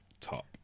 top